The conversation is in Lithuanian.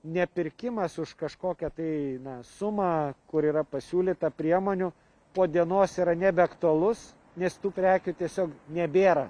ne pirkimas už kažkokią tai sumą kur yra pasiūlyta priemonių po dienos yra nebeaktualus nes tų prekių tiesiog nebėra